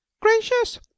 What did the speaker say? gracious